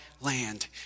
land